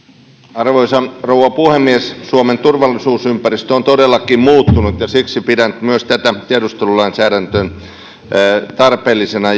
arvoisa rouva puhemies suomen turvallisuusympäristö on todellakin muuttunut ja siksi pidän myös tätä tiedustelulainsäädännön säätämistä tarpeellisena